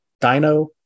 dino